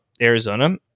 Arizona